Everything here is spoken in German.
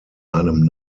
einem